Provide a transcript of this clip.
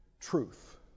truth